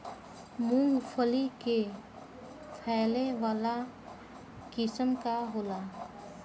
मूँगफली के फैले वाला किस्म का होला?